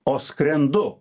o skrendu